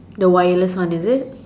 the wireless one is it